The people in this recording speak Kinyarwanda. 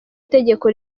itegeko